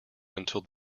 until